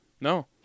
No